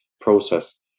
process